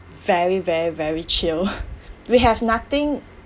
very very very chill we have nothing